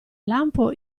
lampo